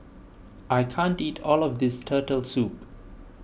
I can't eat all of this Turtle Soup